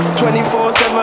24-7